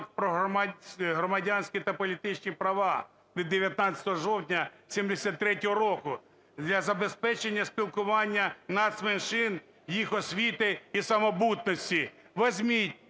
про громадянські та політичні права від 19 жовтня 1973 року для забезпечення спілкування нацменшин, їх освіти і самобутності. Візьміть,